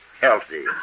healthy